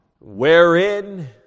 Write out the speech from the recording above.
wherein